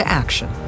action